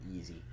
Easy